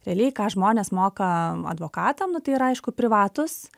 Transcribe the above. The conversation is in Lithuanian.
realiai ką žmonės moka advokatam nu tai yra aišku privatūs